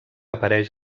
apareix